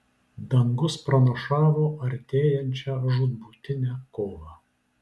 dangus pranašavo artėjančią žūtbūtinę kovą